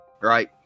right